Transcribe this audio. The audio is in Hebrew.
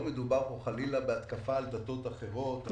מדובר פה חלילה בהתקפה על דתות אחרות.